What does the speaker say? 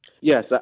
Yes